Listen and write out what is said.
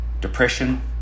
depression